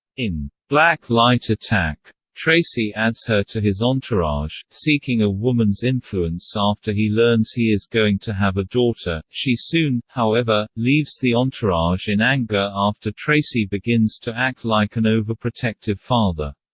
in black light attack, tracy adds her to his entourage, seeking a woman's influence after he learns he is going to have a daughter she soon, however, leaves the entourage in anger after tracy begins to act like an overprotective father.